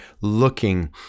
looking